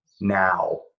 now